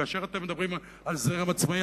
כאשר אתם מדברים על הזרם העצמאי,